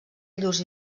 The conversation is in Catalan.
llurs